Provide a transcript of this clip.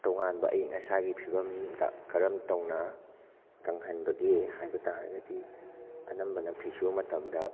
ꯇꯣꯉꯥꯟꯕ ꯑꯌꯤꯡ ꯑꯁꯥꯒꯤ ꯐꯤꯕꯝꯗ ꯀꯔꯝ ꯇꯧꯅ ꯀꯪꯍꯟꯕꯒꯦ ꯍꯥꯏꯕ ꯇꯥꯔꯒꯗꯤ ꯑꯅꯝꯕꯅ ꯐꯤꯁꯨꯕ ꯃꯇꯝꯗ